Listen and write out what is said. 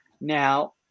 Now